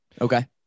Okay